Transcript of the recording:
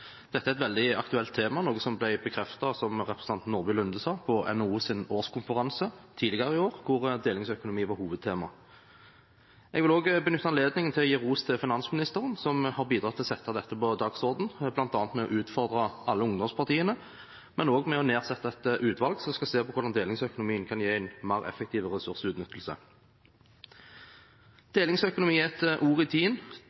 Dette er et veldig aktuelt tema, noe som ble bekreftet – som representanten Nordby Lunde sa – på NHOs årskonferanse tidligere i år, hvor delingsøkonomi var hovedtema. Jeg vil også benytte anledningen til å gi ros til finansministeren, som har bidratt til å sette dette på dagsordenen, bl.a. ved å utfordre alle ungdomspartiene, men også ved å nedsette et utvalg som skal se på hvordan delingsøkonomien kan gi en mer effektiv ressursutnyttelse. «Delingsøkonomi» er et ord i